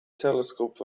telescope